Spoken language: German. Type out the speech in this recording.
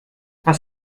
was